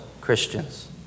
Christians